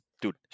Dude